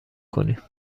کنین